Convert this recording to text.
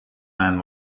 man